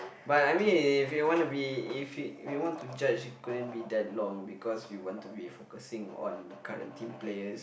but I mean if it want to be if it we want to judge it couldn't be that long because we want to be focusing on current team players